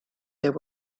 there